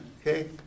Okay